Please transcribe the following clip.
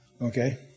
Okay